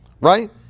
right